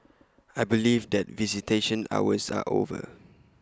I believe that visitation hours are over